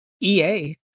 EA